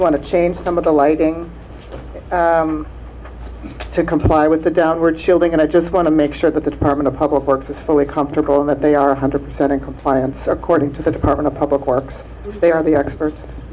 want to change some of the lighting to comply with the downward shielding and i just want to make sure that the department of public works is fully comfortable and that they are one hundred percent in compliance according to the department of public works they are the expert